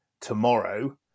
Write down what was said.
tomorrow